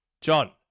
John